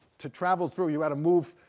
to travel through, you had to move,